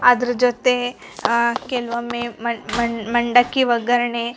ಅದ್ರ ಜೊತೆ ಕೆಲವೊಮ್ಮೆ ಮಂಡಕ್ಕಿ ಒಗ್ಗರಣೆ